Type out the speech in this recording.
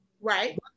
right